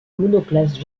monoplace